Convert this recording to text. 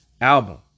album